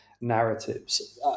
narratives